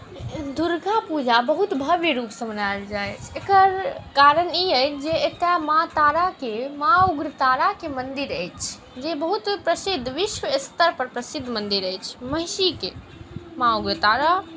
दुर्गा पूजा बहुत भव्य रूपसँ मनायल जाइत अछि एकर कारण ई अछि जे एतय माँ ताराके माँ उग्रताराके मन्दिर अछि जे बहुत प्रसिद्ध विश्वस्तरपर प्रसिद्ध मन्दिर अछि महिषीके माँ उग्रतारा